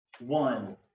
one